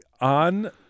on